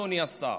אדוני השר.